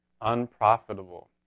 unprofitable